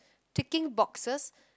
ticking boxes